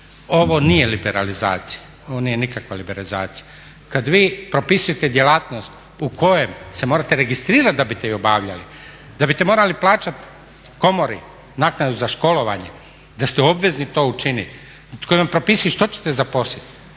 ovo nije liberalizacija, ovo nije nikakva liberalizacija. Kada vi propisujete djelatnost u kojoj se morate registrirati da biste ju obavljali, da biste morali plaćati komori naknadu za školovanje da ste obvezni to učiniti, koji vam propisuju što ćete …/Govornik